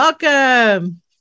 Welcome